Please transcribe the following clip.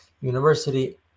University